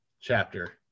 chapter